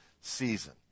season